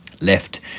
left